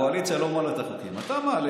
הקואליציה לא מעלה את החוקים, אתה מעלה.